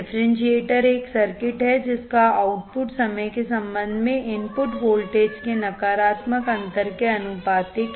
differentiator एक circuit है जिसका आउटपुट समय के संबंध में इनपुट वोल्टेज के नकारात्मक अंतर के आनुपातिक है